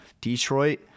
Detroit